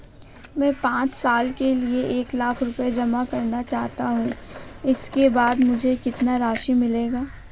मैं पाँच साल के लिए एक लाख रूपए जमा करना चाहता हूँ इसके बाद मुझे कितनी राशि मिलेगी?